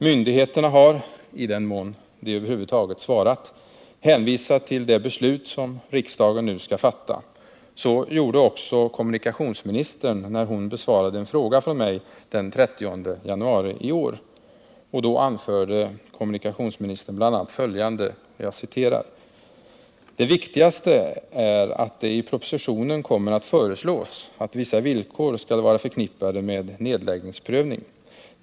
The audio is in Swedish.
Myndigheterna har — i den mån de över huvud taget svarat — hänvisat till det beslut som riksdagen nu skall fatta. Så gjorde också kommunikationsministern, när hon besvarade en fråga från mig den 30 januari i år. Då anförde kommunikationsministern bl.a. följande: ”Det viktigaste är att det i propositionen kommer att föreslås att vissa villkor skall vara förknippade med nedläggningsprövning.